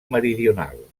meridional